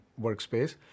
workspace